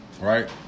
right